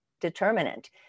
determinant